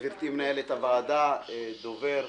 גברתי מנהלת הוועדה, דובר,